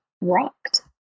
rocked